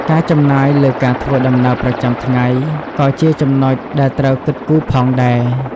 ការចំណាយលើការធ្វើដំណើរប្រចាំថ្ងៃ ក៏ជាចំណុចដែលត្រូវគិតគូរផងដែរ។